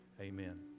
amen